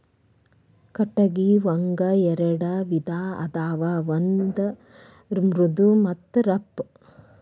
ಕಟಗಿ ಒಂಗ ಎರೆಡ ವಿಧಾ ಅದಾವ ಒಂದ ಮೃದು ಮತ್ತ ರಫ್